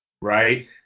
right